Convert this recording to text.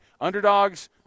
underdogs